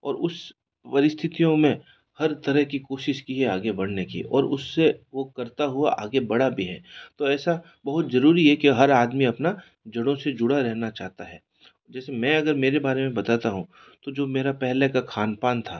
और उस परिस्थितियों में हर तरह की कोशिश की है आगे बढ़ने की और उससे वह करता हुआ आगे बढ़ा भी है तो ऐसा बहुत ज़रूरी है कि हर आदमी अपना जड़ों से जुड़ा रहना चाहता है जैसे मैं अगर मेरे बारे में बताता हूँ तो जो मेरा पहले का खानपान था